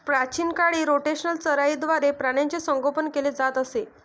प्राचीन काळी रोटेशनल चराईद्वारे प्राण्यांचे संगोपन केले जात असे